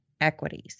equities